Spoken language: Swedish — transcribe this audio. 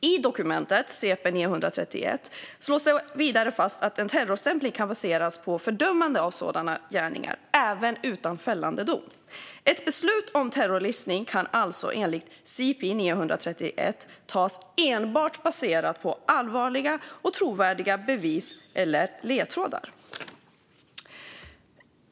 I dokumentet CP 931 slås vidare fast att en terrorstämpling kan baseras på ett fördömande av sådana gärningar även utan fällande dom. Ett beslut om terrorlistning kan alltså enligt CP 931 tas baserat enbart på allvarliga och trovärdiga bevis eller ledtrådar.